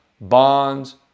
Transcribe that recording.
bonds